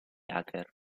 hacker